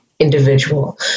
Individual